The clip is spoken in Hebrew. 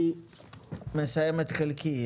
אני מסיים את חלקי.